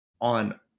on